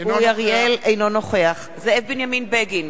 אינו נוכח זאב בנימין בגין,